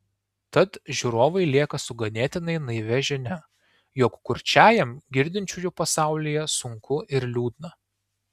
tad žiūrovai lieka su ganėtinai naivia žinia jog kurčiajam girdinčiųjų pasaulyje sunku ir liūdna